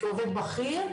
עובד בכיר,